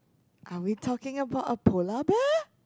are we talking abut a polar bear